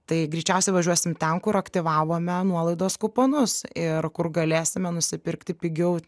tai greičiausiai važiuosim ten kur aktyvavome nuolaidos kuponus ir kur galėsime nusipirkti pigiau